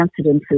incidences